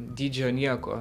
dydžio nieko